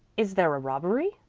is there a robbery?